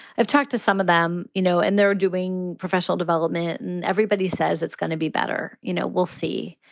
i've talked to some of them, you know, and they're doing professional development and everybody says it's going to be better. you know, we'll see.